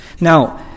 Now